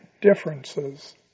differences